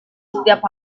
setiap